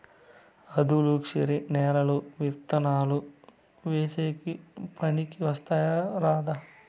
ఆధులుక్షరి నేలలు విత్తనాలు వేసేకి పనికి వస్తాయా రాదా?